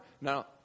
no